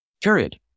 Period